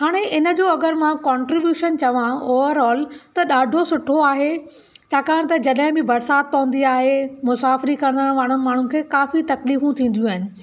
हाणे हिन जो अगरि मा कोंट्रिबयुशन चवां ओवरओल त ॾाढो सुठो आहे छाकाणि त जॾहिं बि बरसाति पवंदी आहे मुसाफ़िरी करण वारे माण्हू खे काफ़ी तकलीफ़ु थींदियूं आहिनि